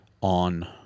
on